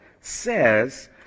says